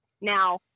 Now